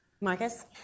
Marcus